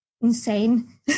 insane